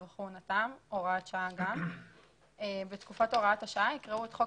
וכהונתם) הוראת שעה בתקופת הוראת השעה יקראו את חוק